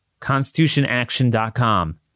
constitutionaction.com